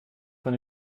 von